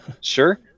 Sure